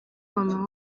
mama